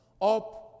up